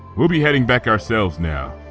we'll be heading back ourselves now.